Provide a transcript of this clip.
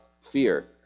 fear